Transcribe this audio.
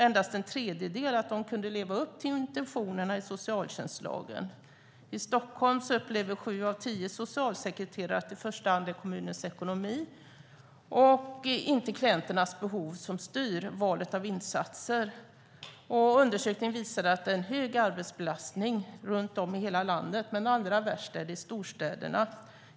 Endast en tredjedel svarade att de kunde leva upp till intentionerna i socialtjänstlagen. I Stockholm upplever sju av tio socialsekreterare att det i första hand är kommunens ekonomi och inte klienternas behov som styr valet av insatser. Undersökningen visade att arbetsbelastningen är hög runt om i hela landet, men allra värst är det i storstäderna.